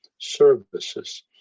services